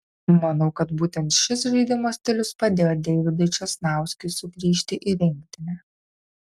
manau kad būtent šis žaidimo stilius padėjo deividui česnauskiui sugrįžti į rinktinę